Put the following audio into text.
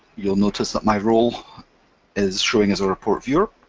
you'll notice that my role is showing as a report viewer,